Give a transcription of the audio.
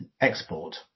export